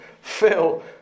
Phil